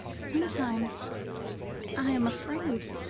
sometimes i am afraid,